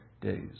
days